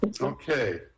Okay